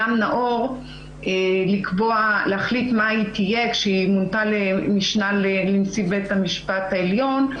נאור להחליט מה היא תהיה כשהיא מונתה למשנה לנשיא בית המשפט העליון,